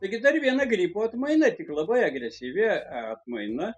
taigi dar viena gripo atmaina tik labai agresyvi atmaina